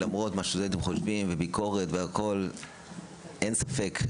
למרות מה שהסטודנטים חושבים אין ספק,